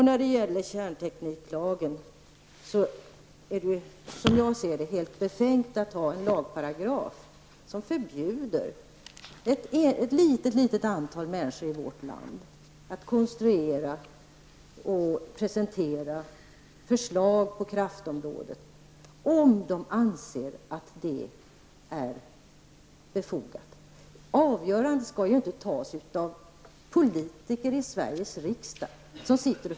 Vad gäller kärntekniklagen är det, som jag ser det, helt befängt att ha en lagparagraf som förbjuder ett litet antal människor i vårt land att konstruera och presentera förslag på kraftområdet om de anser det befogat. Avgörandet skall inte tas av politikerna i Sveriges riksdag.